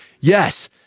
Yes